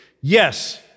yes